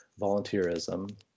volunteerism